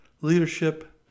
leadership